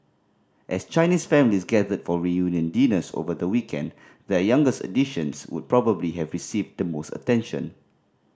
as Chinese families gathered for reunion dinners over the weekend their youngest additions would probably have received the most attention